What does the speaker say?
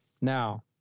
Now